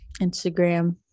instagram